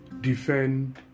defend